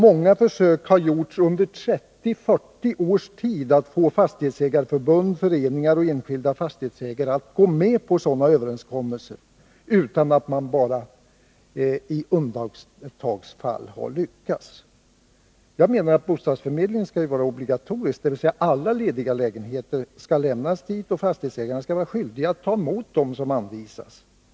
Under 30-40 års tid har många försök gjorts att få Fastighetsägareförbundet, föreningar och enskilda fastighetsägare att gå med på överenskommelser, men man har bara i undantagsfall lyckats. Jag menar att bostadsförmedlingen skall vara obligatorisk, dvs. att alla lediga lägenheter skall anmälas dit, och fastighetsägaren skall vara skyldig att ta emot de hyresgäster som anvisas.